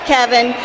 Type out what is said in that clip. Kevin